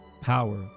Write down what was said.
power